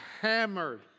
hammered